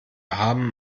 haben